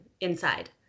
inside